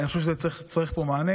אני חושב שצריך פה מענה.